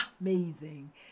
Amazing